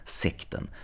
sekten